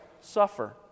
suffer